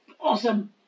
awesome